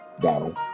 Donald